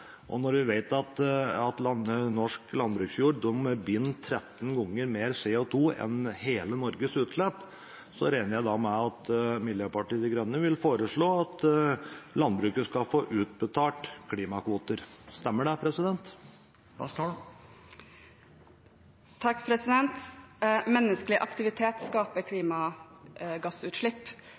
det. Når en vet at norsk landbruksjord binder 13 ganger mer CO2 enn hele Norges utslipp, regner jeg med at Miljøpartiet De Grønne vil foreslå at landbruket skal få utbetalt klimakvoter. Stemmer det? Menneskelig aktivitet skaper